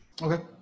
Okay